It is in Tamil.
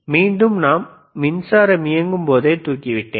மீண்டும் நான் மின்சாரம் இயங்கும் போது தூக்கி விட்டேன்